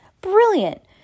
Brilliant